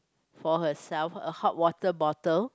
for herself a hot water bottle